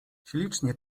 ślicznie